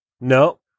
No